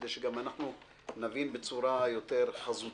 כדי שגם אנחנו נבין בצורה יותר חזותית,